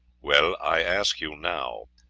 well, i ask you now.